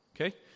okay